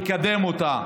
אקדם אותה.